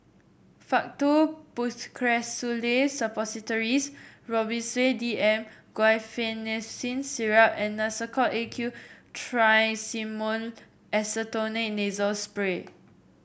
Faktu Policresulen Suppositories Robitussin D M Guaiphenesin Syrup and Nasacort A Q Triamcinolone Acetonide Nasal Spray